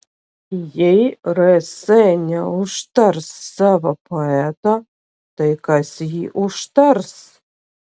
jei rs neužtars savo poeto tai kas jį užtars